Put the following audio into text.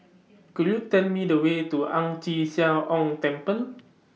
Could YOU Tell Me The Way to Ang Chee Sia Ong Temple